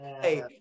Hey